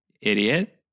idiot